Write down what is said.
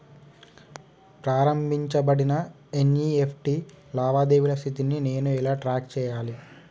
ప్రారంభించబడిన ఎన్.ఇ.ఎఫ్.టి లావాదేవీల స్థితిని నేను ఎలా ట్రాక్ చేయాలి?